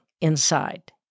inside